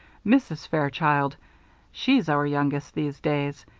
mrs. fairchild she's our youngest, these days.